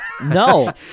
No